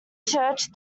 church